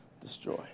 destroy